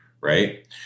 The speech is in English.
Right